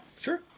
sure